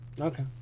Okay